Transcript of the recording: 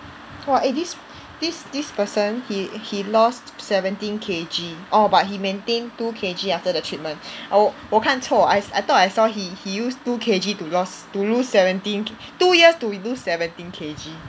!wah! eh this this this person he he lost seventeen K_G orh but he maintained two K_G after the treatment 我我看错 I I thought I saw he he used two K_G to loss to lose seventeen two years to lose seventeen K_G